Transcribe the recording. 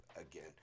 again